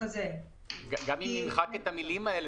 גם אם נמחק את המילים האלה,